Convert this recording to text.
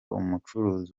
umucuruzi